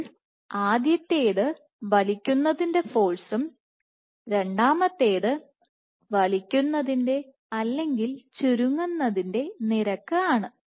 അപ്പോൾ ആദ്യത്തേത് വലിക്കുന്നതിൻറെ ഫോഴ്സും രണ്ടാമത്തേത് വലിക്കുന്നതിന്റെ അല്ലെങ്കിൽ ചുരുങ്ങുന്നതിൻറെ നിരക്ക് ആണ്